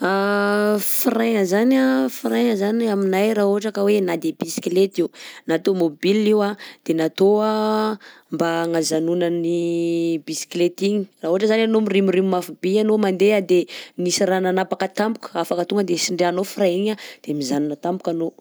Frein zany a frein zany aminay raha ohatra ka hoe na de bisikleta io na taomaobile io an de natao mba agnajanonan'ny bisikleta igny raha ohatra zany anao mirimorimo mafy by anao mandeha de nisy raha nanapaka tampoka afaka tonga de tsindrianao frein igny de mijanona tampoka anao.